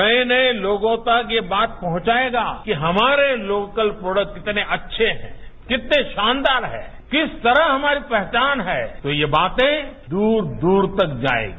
नये नये लोगों तक ये बात पहुंचायेगा कि हमारे लोकल प्रोडक्टक कितने अच्छे हैं कितने शानदार हैं किस तरह हमारी पहचान है तो यह बातें दूर दूर तक जायेगी